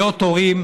להיות הורים,